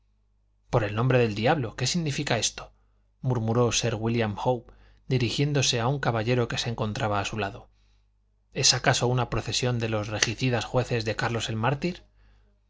por el nombre del diablo qué significa esto murmuró sir wílliam howe dirigiéndose a un caballero que se encontraba a su lado es acaso una procesión de los regicidas jueces de carlos el mártir